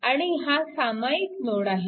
आणि हा सामायिक नोड आहे